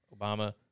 Obama